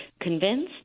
convinced